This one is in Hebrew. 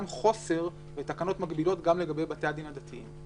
חוסר בתקנות מקבילות גם לבתי הדין הדתיים.